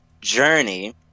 journey